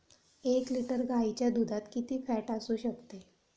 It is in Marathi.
एक लिटर गाईच्या दुधात किती फॅट असू शकते?